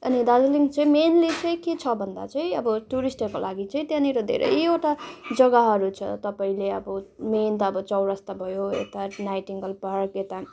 अनि दार्जिलिङ चाहिँ मेन्ली चाहिँ के छ भन्दा चाहिँ अब टुरिस्टहेरूको लागि चाहिँ त्यहाँनिर धेरैवटा जग्गाहरू छ तपाईँले अब मेन त अब चौरस्ता भयो यता नाइटेङ्गल पार्क यता